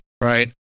Right